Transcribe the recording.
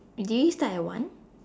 did we start at one